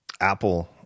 Apple